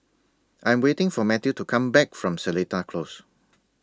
I Am waiting For Mathew to Come Back from Seletar Close